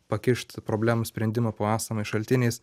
pakišt problemų sprendimą po esamais šaltiniais